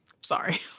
sorry